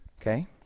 Okay